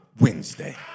Wednesday